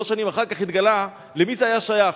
שלוש שנים אחר כך התגלה למי זה היה שייך.